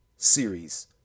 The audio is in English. series